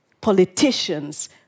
politicians